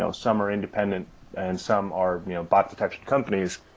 so some are independent and some are bot detection companies.